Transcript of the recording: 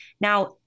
Now